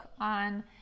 on